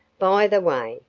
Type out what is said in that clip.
by the way,